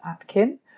atkin